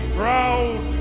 proud